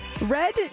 Red